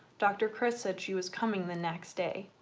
dr. kris said she was coming the next day.